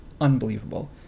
unbelievable